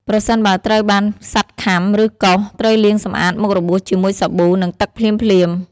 ប្រសិនបើត្រូវបានសត្វខាំ ឬកោស ត្រូវលាងសម្អាតមុខរបួសជាមួយសាប៊ូ និងទឹកភ្លាមៗ។